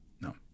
no